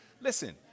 Listen